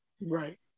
Right